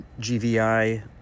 GVI